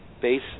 base